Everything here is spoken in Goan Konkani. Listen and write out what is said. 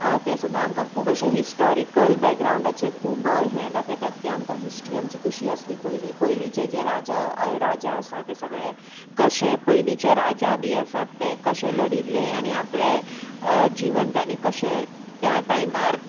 तें सुद्दां आमकां खूब अशें हिस्टोरिकल बॅकग्राावंडाचे खूब हें दाखयतात की आमकां हिस्ट्री आमची कशी आसली पयली पयलींचे जे राजा राजा आसा ते सगळे कशे पयलींचे राजा बी आसात ते कशें लडिल्ले आनी आपलें जिवन ताणी कशें त्या टायमार